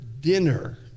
dinner